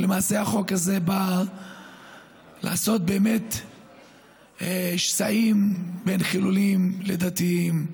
למעשה החוק הזה בא לעשות באמת שסעים בין חילונים לדתיים.